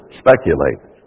speculate